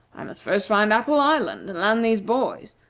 i must first find apple island and land these boys,